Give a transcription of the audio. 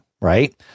right